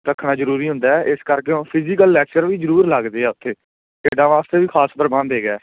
ਰੱਖਣਾ ਜ਼ਰੂਰੀ ਹੁੰਦਾ ਹੈ ਇਸ ਕਰਕੇ ਉਹ ਫਿਜੀਕਲ ਲੈਕਚਰ ਵੀ ਜ਼ਰੂਰ ਲੱਗਦੇ ਆ ਉੱਥੇ ਖੇਡਾਂ ਵਾਸਤੇ ਵੀ ਖਾਸ ਪ੍ਰਬੰਧ ਹੈਗਾ